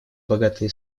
богатые